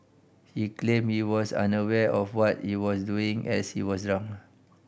he claim he was unaware of what he was doing as he was drunk